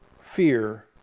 fear